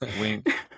wink